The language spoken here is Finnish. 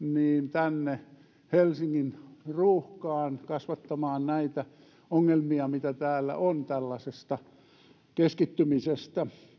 tänne helsingin ruuhkaan kasvattamaan näitä ongelmia mitä täällä on tällaisesta keskittymisestä